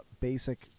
basic